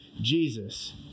Jesus